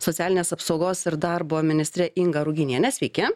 socialinės apsaugos ir darbo ministre inga ruginiene sveiki